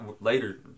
later